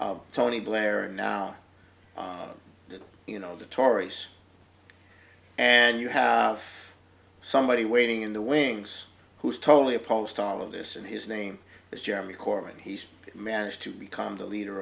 of tony blair and now that you know the tories and you have somebody waiting in the wings who's totally opposed to all of this and his name is jeremy horan he's managed to become the leader